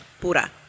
pura